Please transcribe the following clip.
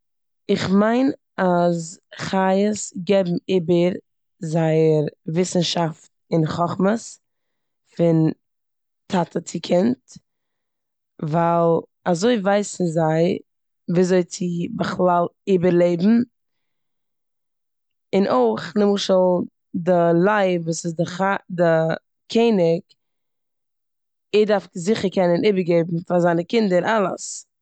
כ'מיין אז חיות גיבן איבער זייער וואוסנשאפט און חכמות פון טאטע צו קינד ווייל אזוי ווייסן זיי וויאזוי צו בכלל איבערלעבן און אויך נמשל די לייב וואס איז די חא- די קעניג, ער דארף זיכער קענען איבערגעבן פאר זיינע קינדער אלעס.